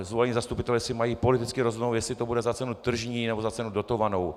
Zvolení zastupitelé si mají politicky rozhodnout, jestli to bude za cenu tržní, nebo za cenu dotovanou.